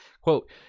quote